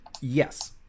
yes